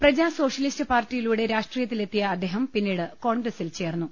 Praja Socialist പാർട്ടിയിലൂടെ രാഷ്ട്രീയത്തിലെത്തിയ അദ്ദേഹം പിന്നീട് കോൺഗ്രസ്സിൽ ചേർന്നു